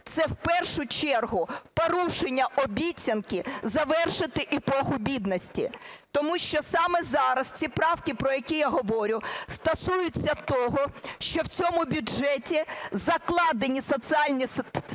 це в першу чергу порушення обіцянки завершити епоху бідності. Тому що саме зараз ці правки, про які я говорю, стосуються того, що в цьому бюджеті закладені соціальні стандарти